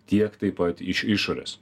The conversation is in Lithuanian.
tiek taip pat iš išorės